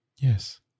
Yes